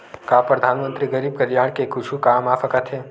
का परधानमंतरी गरीब कल्याण के कुछु काम आ सकत हे